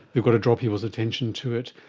they've got to draw people's attention to it,